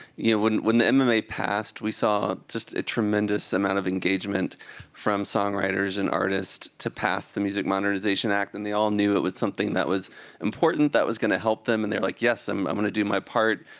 you know, when the um and mma passed, we saw just a tremendous amount of engagement from songwriters and artists to pass the music monetization act, and they all knew it was something that was important, that was going to help them. and they're like, yes, i'm i'm going to do my part,